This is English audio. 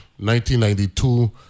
1992